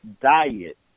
diet